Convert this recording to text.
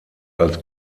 als